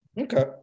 Okay